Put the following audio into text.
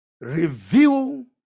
Review